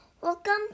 Welcome